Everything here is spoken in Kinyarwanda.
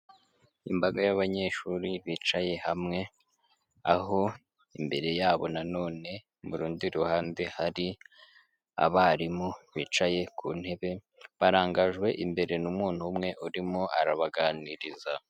Imbaga y'abanyeshuri bicaye hamwe aho imbere yabo nanone mu rundi ruhande hari abarimu bicaye ku ntebe barangajwe imbere n'umuntu umwe urimo arabaganiriza.